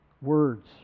Words